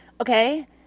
Okay